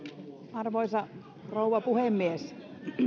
arvoisa rouva puhemies